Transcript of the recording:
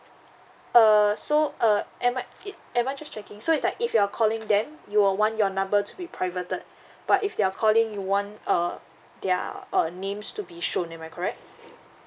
uh so uh am I it am I just checking so it's like if you're calling them you would want your number to be privated but if they're calling you want err their uh names to be shown am I correct